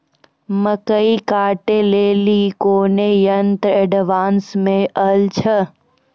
मकई कांटे ले ली कोनो यंत्र एडवांस मे अल छ?